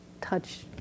touch